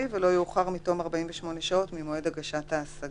ולא יאוחר מתום 48 שעות ממועד הגשת ההשגה.